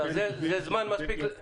אני חושב שזה זמן סביר.